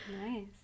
Nice